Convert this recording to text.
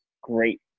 great